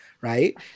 right